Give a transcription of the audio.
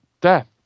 death